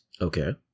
Okay